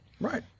right